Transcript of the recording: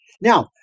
Now